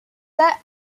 set